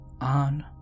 on